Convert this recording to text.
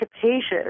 capacious